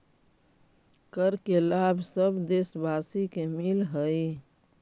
कर के लाभ सब देशवासी के मिलऽ हइ